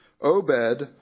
Obed